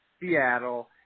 Seattle